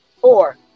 four